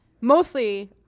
Mostly